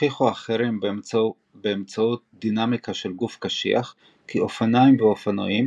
הוכיחו אחרים באמצעות דינמיקה של גוף קשיח כי אופניים ואופנועים